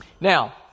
Now